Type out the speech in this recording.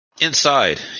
Inside